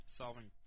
solving